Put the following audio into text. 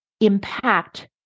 impact